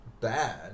bad